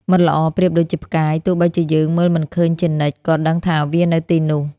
មិត្តល្អប្រៀបដូចជាផ្កាយ ទោះបីយើងមើលមិនឃើញជានិច្ច ក៏ដឹងថាវានៅទីនោះ។